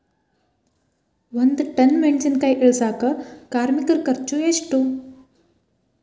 ಒಂದ್ ಟನ್ ಮೆಣಿಸಿನಕಾಯಿ ಇಳಸಾಕ್ ಕಾರ್ಮಿಕರ ಖರ್ಚು ಎಷ್ಟು?